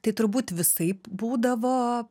tai turbūt visaip būdavo